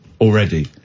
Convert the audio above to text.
already